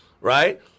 right